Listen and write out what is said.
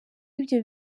ibyo